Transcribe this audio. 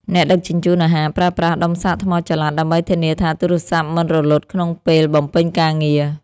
អ្នកដឹកជញ្ជូនអាហារប្រើប្រាស់ដុំសាកថ្មចល័ត ដើម្បីធានាថាទូរសព្ទមិនរលត់ក្នុងពេលបំពេញការងារ។